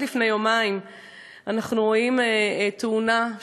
רק לפני יומיים אנחנו רואים תאונה,